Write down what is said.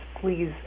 please